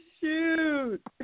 shoot